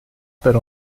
per